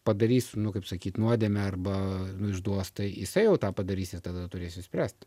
padarys nu kaip sakyt nuodėmę arba išduos tai jisai jau tą padarysi jis tada turės išspręst